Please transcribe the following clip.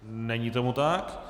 Není tomu tak.